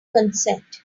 consent